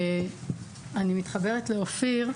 אני מתחברת לדבריו של אופיר.